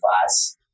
class